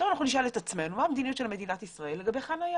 עכשיו נשאל את עצמנו מה המדיניות של מדינת ישראל לגבי חניה